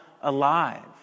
alive